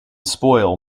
spoil